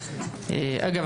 אגב,